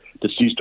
deceased